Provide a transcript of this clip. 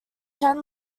ten